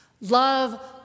Love